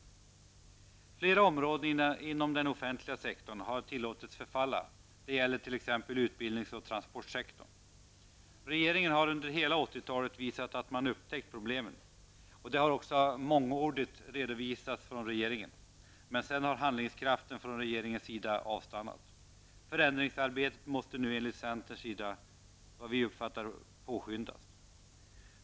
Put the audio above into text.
Flera områden inom den offentliga sektorn har tillåtits förfalla, det gäller t.ex. utbildnings och transportsektorn. Regeringen har under hela 80-talet visat att man upptäckt problemen. Detta har mångordigt redovisats. Men sedan har handlingskraften från regeringens sida avstannat. Förändringsarbetet måste nu enligt centerns uppfattning påskyndas.